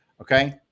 okay